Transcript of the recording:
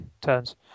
turns